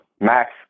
max